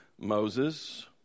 Moses